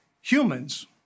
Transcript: humans